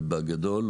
בגדול,